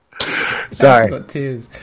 sorry